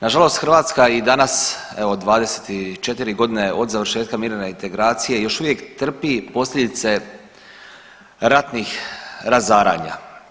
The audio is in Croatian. Nažalost Hrvatska i danas evo 24.g. od završetka mirovne integracije još uvijek trpi posljedice ratnih razaranja.